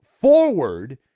forward